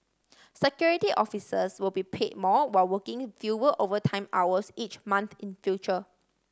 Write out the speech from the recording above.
Security Officers will be pay more while working fewer overtime hours each month in future